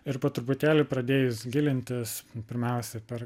ir po truputėlį pradėjus gilintis pirmiausia per